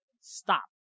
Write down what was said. Stop